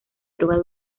drogas